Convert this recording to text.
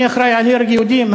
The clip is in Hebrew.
אני אחראי להרג יהודים?